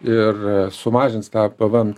ir sumažins tą pvm